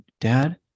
dad